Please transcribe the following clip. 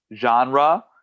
genre